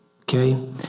Okay